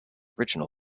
original